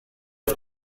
auf